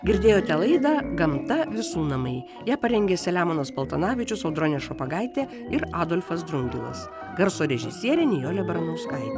girdėjote laidą gamta visų namai ją parengė selemonas paltanavičius audronė šopagaitė ir adolfas drungilas garso režisierė nijolė baranauskaitė